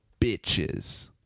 Bitches